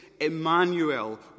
Emmanuel